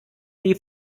die